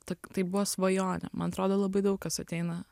tak tai buvo svajonė man atrodo labai daug kas ateina